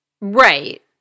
Right